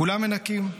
כולם מנקים.